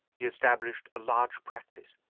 he established a large practice.